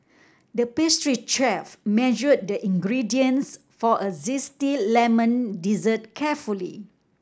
the pastry chef measured the ingredients for a zesty lemon dessert carefully